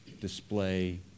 display